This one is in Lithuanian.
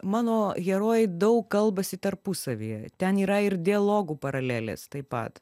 mano herojai daug kalbasi tarpusavyje ten yra ir dialogų paralelės taip pat